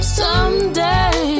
someday